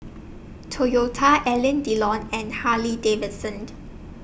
Toyota Alain Delon and Harley Davidson